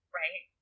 right